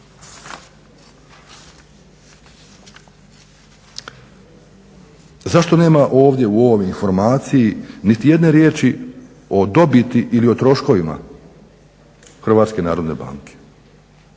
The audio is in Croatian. Zašto nema ovdje u ovoj informaciji nitijedne riječi o dobiti ili o troškovima HNB-a? Zašto nema